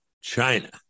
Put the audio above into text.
China